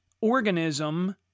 organism